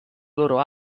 loro